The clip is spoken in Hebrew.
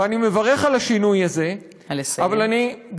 ואני מברך על השינוי הזה, אבל אני, נא לסיים.